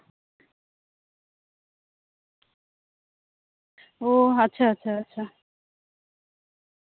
ᱳ ᱟᱪᱪᱷᱟ ᱟᱪᱪᱷᱟ ᱟᱪᱪᱷᱟ